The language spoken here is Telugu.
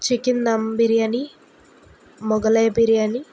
చికెన్ దమ్ బిర్యాని మొగలాయి బిర్యాని